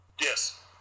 Yes